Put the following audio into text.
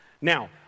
Now